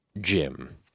Jim